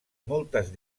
moltes